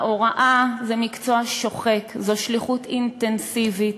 ההוראה היא מקצוע שוחק, זאת שליחות אינטנסיבית.